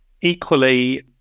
Equally